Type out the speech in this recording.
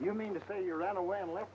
you mean to say you ran away and left